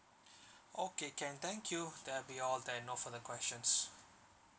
okay can thank you that'll be all then no further questions